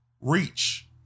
reach